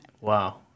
Wow